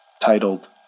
titled